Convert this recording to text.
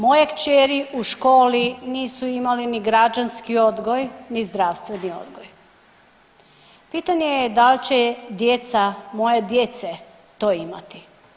Moje kćeri u školi nisu imale ni građanski odgoj ni zdravstveni odgoj, pitanje je da li će djeca moje djece to imati.